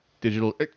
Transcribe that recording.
digital